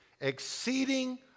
Exceeding